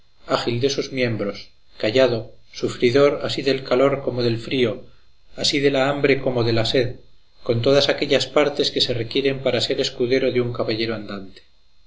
ágil de sus miembros callado sufridor así del calor como del frío así de la hambre como de la sed con todas aquellas partes que se requieren para ser escudero de un caballero andante